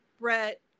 Brett